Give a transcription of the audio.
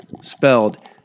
spelled